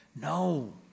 No